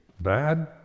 bad